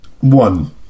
one